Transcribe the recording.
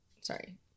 Sorry